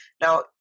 Now